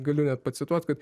galiu net pacituot kaip